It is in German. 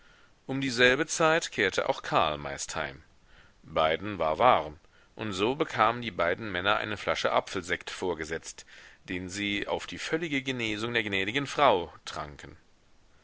um dieselbe zeit kehrte auch karl meist heim beiden war warm und so bekamen die beiden männer eine flasche apfelsekt vorgesetzt den sie auf die völlige genesung der gnädigen frau tranken